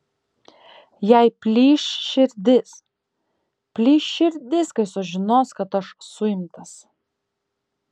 jai plyš širdis plyš širdis kai sužinos kad aš suimtas